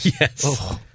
Yes